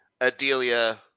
Adelia